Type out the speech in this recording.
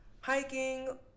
hiking